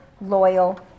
loyal